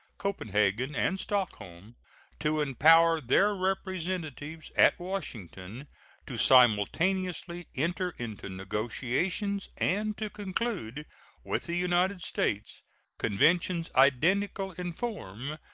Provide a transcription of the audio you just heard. copenhagen, and stockholm to empower their representatives at washington to simultaneously enter into negotiations and to conclude with the united states conventions identical in form,